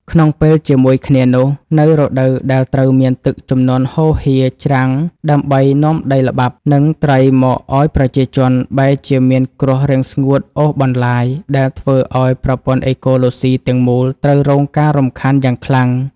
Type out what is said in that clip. ក្នុងពេលជាមួយគ្នានោះ នៅរដូវដែលត្រូវមានទឹកជំនន់ហូរហៀរច្រាំងដើម្បីនាំដីល្បាប់ និងត្រីមកឱ្យប្រជាជន បែរជាមានគ្រោះរាំងស្ងួតអូសបន្លាយ ដែលធ្វើឱ្យប្រព័ន្ធអេកូឡូស៊ីទាំងមូលត្រូវរងការរំខានយ៉ាងខ្លាំង។